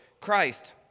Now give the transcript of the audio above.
Christ